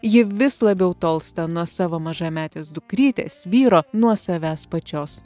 ji vis labiau tolsta nuo savo mažametės dukrytės vyro nuo savęs pačios